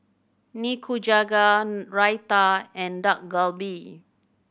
Nikujaga Raita and Dak Galbi